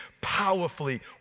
powerfully